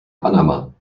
panama